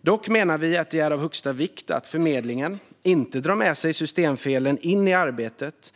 Dock menar vi att det är av största vikt att förmedlingen inte drar med sig systemfelen in i arbetet.